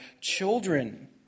children